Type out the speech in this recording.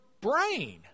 brain